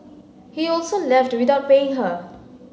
he also left without paying her